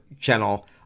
channel